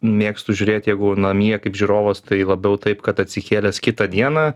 mėgstu žiūrėt jeigu namie kaip žiūrovas tai labiau taip kad atsikėlęs kitą dieną